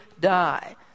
die